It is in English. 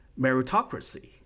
meritocracy